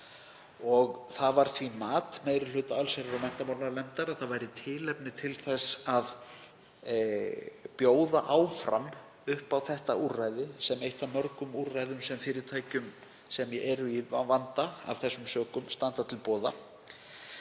Það var því mat meiri hluta allsherjar- og menntamálanefndar að það væri tilefni til þess að bjóða áfram upp á þetta úrræði sem eitt af mörgum úrræðum sem fyrirtækjum sem eru í vanda af þessum sökum standa til boða.